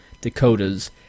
Dakotas